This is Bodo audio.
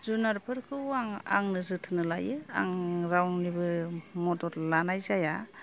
जुनारफोरखौ आंनो जोथोन लायो आं रावनिबो मदद लानाय जाया